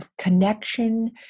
connection